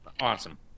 awesome